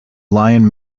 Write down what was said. lyon